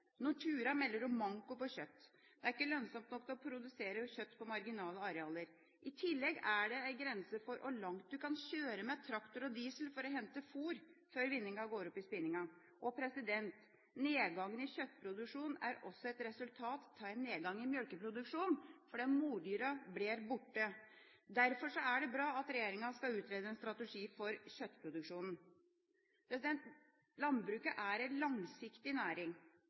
Nortura melder om manko på kjøtt. Det er ikke lønnsomt nok å produsere kjøtt på marginale arealer. I tillegg er det en grense for hvor langt du kan kjøre med traktor på diesel for å hente fôr, før vinninga går opp i spinninga. Nedgangen i kjøttproduksjonen er også et resultat av en nedgang i mjølkeproduksjonen, fordi mordyra blir borte. Derfor er det bra at regjeringa skal utrede en strategi for kjøttproduksjonen. Landbruket er en langsiktig næring.